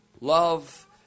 love